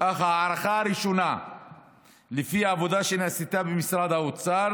אך ההערכה הראשונה לפי העבודה שנעשתה במשרד האוצר